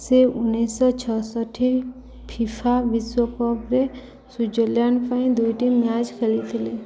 ସେ ଉଣେଇଶଶହ ଛାଷଠି ଫିଫା ବିଶ୍ୱକପ୍ରେ ସ୍ୱିଜରଲ୍ୟାଣ୍ଡ୍ ପାଇଁ ଦୁଇଟି ମ୍ୟାଚ୍ ଖେଳିଥିଲେ